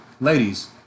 ladies